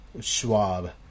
Schwab